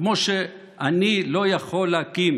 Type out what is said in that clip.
כמו שאני לא יכול להקים